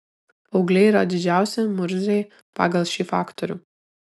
paaugliai yra didžiausi murziai pagal šį faktorių